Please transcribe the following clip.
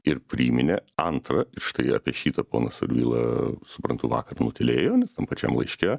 ir priminė antrą ir štai apie šitą ponas survila suprantu vakar nutylėjo tam pačiam laiške